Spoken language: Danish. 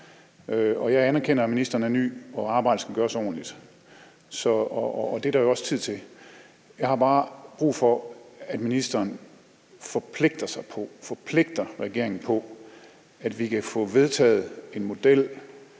jeg anerkender, at ministeren er ny, og at arbejdet skal gøres ordentligt, og det er der jo også tid til. Jeg har bare brug for, at ministeren forpligter sig på, forpligter regeringen på, at vi kan få vedtaget en model